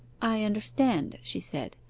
i understand she said.